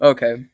Okay